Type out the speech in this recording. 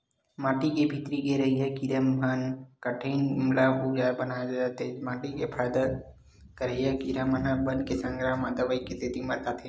माटी के भीतरी के रहइया कीरा म कइठन माटी ल उपजउ बनाथे माटी के फायदा करइया कीरा मन ह बन के संघरा म दवई के सेती मर जाथे